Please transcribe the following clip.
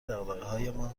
دغدغههایمان